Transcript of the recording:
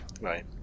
Right